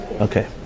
Okay